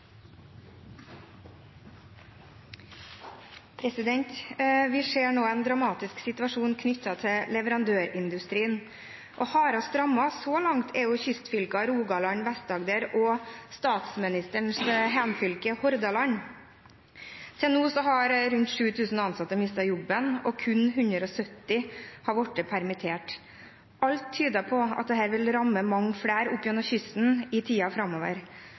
Rogaland, Vest-Agder og statsministerens hjemfylke, Hordaland. Til nå har rundt 7 000 ansatte mistet jobben, og kun 170 har blitt permittert. Alt dette tyder på at dette vil ramme mange flere langs kysten i tiden framover.